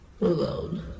alone